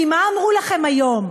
כי מה אומרים לכם היום?